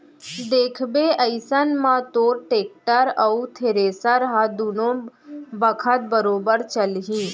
देखबे अइसन म तोर टेक्टर अउ थेरेसर ह दुनों बखत बरोबर चलही